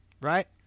Right